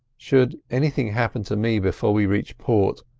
should anything happen to me before we reach port,